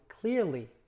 clearly